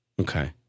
Okay